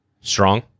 strong